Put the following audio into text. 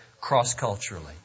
cross-culturally